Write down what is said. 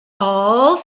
all